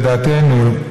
לדעתנו,